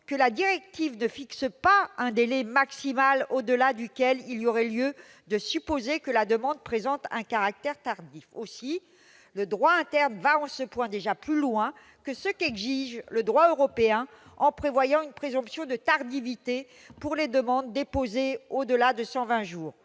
que la directive ne fixe aucun délai maximal au-delà duquel il y aurait lieu de supposer que la demande présente un caractère tardif. Ainsi, le droit interne va sur ce point déjà plus loin que ce qu'exige le droit européen, en prévoyant une présomption de tardiveté pour les demandes déposées au-delà de 120 jours.